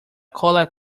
cola